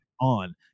on